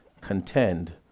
Contend